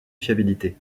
fiabilité